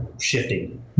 shifting